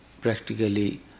practically